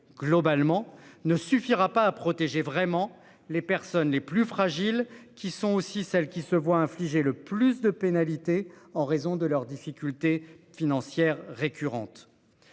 globalement ne suffira pas à protéger vraiment les personnes les plus fragiles qui sont aussi celles qui se voient infliger le plus de pénalités en raison de leurs difficultés financières récurrentes.